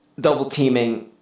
double-teaming